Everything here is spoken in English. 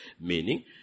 meaning